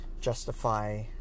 justify